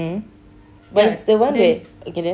mm ya the one that okay then